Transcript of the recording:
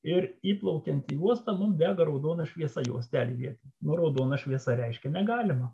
ir įplaukiant į uostą mum dega raudona šviesajuostelėje nu raudona šviesa reiškia negalima